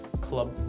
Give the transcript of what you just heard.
Club